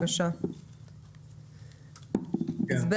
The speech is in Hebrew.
אשר, אנחנו מבקשים הסבר